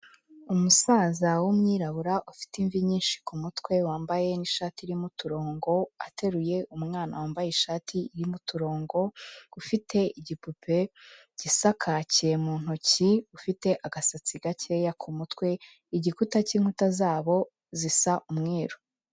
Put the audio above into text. Umusaza w'umwirabura ufite imvi nyinshi ku mutwe wambaye n'ishati irimo uturongo ateruye umwana wambaye ishati irimo uturongo, ufite igipupe gisa kake mu ntoki, ufite agasatsi gakeya ku mutwe, igikuta cy'inkuta zabo zisa umweru.